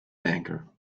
banker